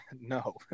no